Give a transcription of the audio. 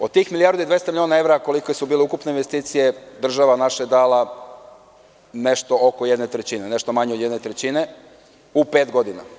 Od tih milijardu i dvesta miliona evra koliko su bile ukupne investicije država naša je dala nešto oko jedne trećine, nešto manje od jedne trećine u pet godina.